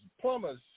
plumbers